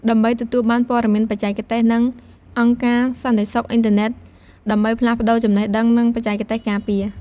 ដើម្បីទទួលបានព័ត៌មានបច្ចេកទេស និង អង្គការសន្តិសុខអ៊ីនធឺណិត ដើម្បីផ្លាស់ប្តូរចំណេះដឹង និងបច្ចេកទេសការពារ។